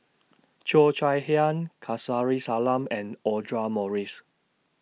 Cheo Chai Hiang Kamsari Salam and Audra Morrice